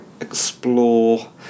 explore